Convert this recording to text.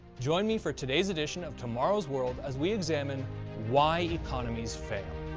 join me for today's edition of tomorrow's world as we examine why economies fail.